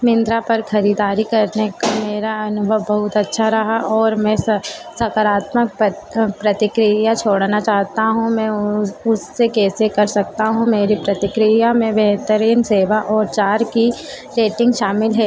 मिन्त्रा पर खरीदारी करने का मेरा अनुभव बहुत अच्छा रहा और मैं स सकारात्मक प्रतिक्रिया छोड़ना चाहता हूँ मैं उसे कैसे कर सकता हूँ मेरी प्रतिक्रिया में बेहतरीन सेवा और चार की रेटिंग शामिल है